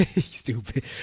stupid